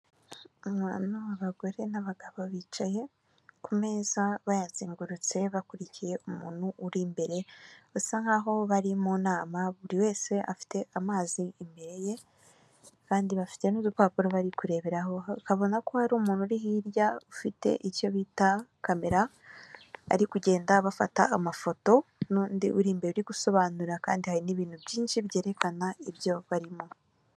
Ahantu abagore n'abagabo bicaye, ku meza bayazengurutse bakurikiye umuntu uri imbere, basa nkaho bari mu nama, buri wese afite amazi imbere ye, kandi bafite n'urupapuro bari kureberaho, bakabona ko hari umuntu uri hirya ufite icyo bita kamera, ari kugenda bafata amafoto, n'undi uri imbere uri gusobanura kandi hari nibintu byinshi byerekana ibyo barimo.